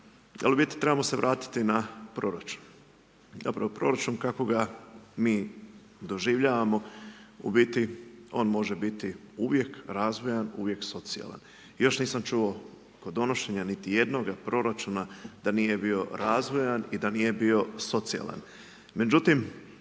ali u biti trebamo se vratiti na proračun, proračun kakvoga mi doživljavamo, u biti on može biti uvijek razvojan, uvijek socijalan. Još nisam čuo kod donošenja niti jednoga proračuna, da nije bio razvojan i da nije socijalan.